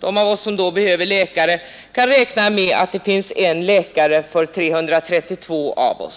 de av oss som behöver läkare år 2000 kan räkna med att det då finns en läkare på 332 personer.